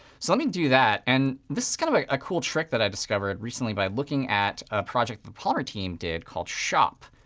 so let me do that. and this is kind of ah a cool trick that i discovered recently by looking at a project the polymer team did called shop,